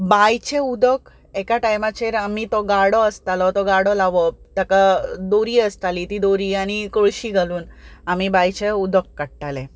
बांयचे उदक एका टायमाचेर आमी तो घाडो आसतालो तो घाडो लावप ताका दोरी आसताली ती दोरी आनी कळशी घालून आमी बांयचे उदक काडटाले